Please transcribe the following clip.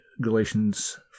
Galatians